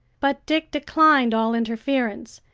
but dick declined all interference,